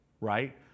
right